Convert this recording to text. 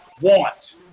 want